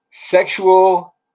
sexual